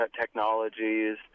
technologies